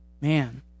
Man